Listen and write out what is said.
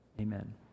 Amen